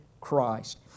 Christ